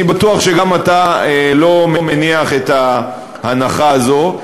אני בטוח שגם אתה לא מניח את ההנחה הזאת.